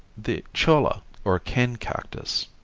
the cholla, or cane cactus,